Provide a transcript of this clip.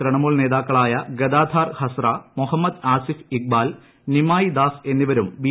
തൃണമൂൽ നേതാക്കളായ ഗദാധാർ ഹസ്റ മൊഹമ്മദ് ആസിഫ് ഇക്ബാൽ നിമായി ദാസ് എന്നിവരും ബി